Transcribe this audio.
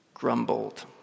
grumbled